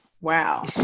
Wow